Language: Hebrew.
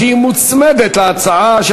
שמוצמדת להצעה,